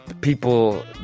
People